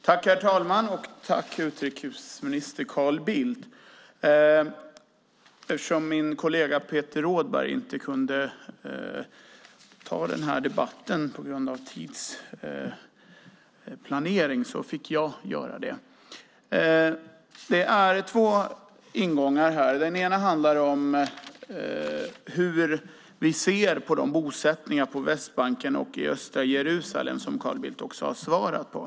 Herr talman! Jag tackar utrikesminister Carl Bildt för svaret. Eftersom min kollega Peter Rådberg inte hade möjlighet att delta i denna debatt får jag göra det i stället. Det finns två ingångar här. Den ena handlar om hur vi ser på bosättningarna på Västbanken och i östra Jerusalem. Detta har Carl Bildt också svarat på.